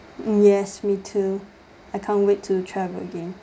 yes me too I can't wait to travel again